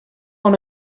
dans